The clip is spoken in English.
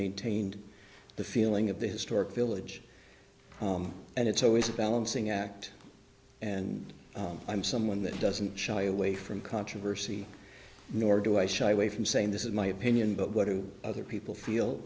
maintained the feeling of the historic village and it's always a balancing act and i'm someone that doesn't shy away from controversy nor do i shy away from saying this is my opinion but what do other people feel